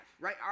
right